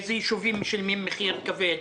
אילו ישובים משלמים מחיר כבד.